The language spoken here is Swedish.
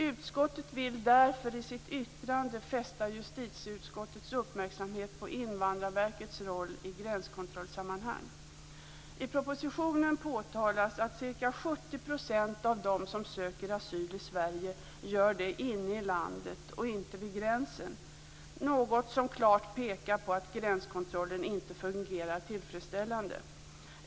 Utskottet vill därför i sitt yttranden fästa justitieutskottets uppmärksamhet på Invandrarverkets roll i gränskontrollsammanhang. I propositionen påtalas att ca 70 % av dem som söker asyl i Sverige gör det inne i landet och inte vid gränsen. Det är något som klart pekar på att gränskontrollen inte fungerar tillfredsställande.